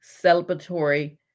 celebratory